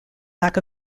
lack